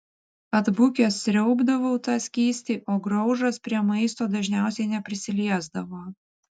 atbukęs sriaubdavau tą skystį o graužas prie maisto dažniausiai neprisiliesdavo